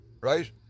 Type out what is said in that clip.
right